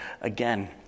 again